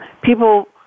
people